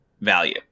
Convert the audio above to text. value